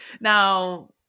Now